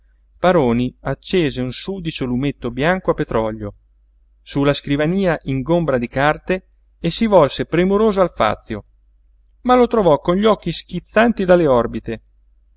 paroni accese un sudicio lumetto bianco a petrolio su la scrivania ingombra di carte e si volse premuroso al fazio ma lo trovò con gli occhi schizzanti dalle orbite